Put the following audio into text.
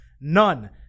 none